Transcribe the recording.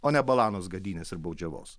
o ne balanos gadynės ir baudžiavos